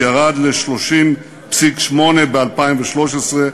הוא ירד ל-30.8% ב-2013,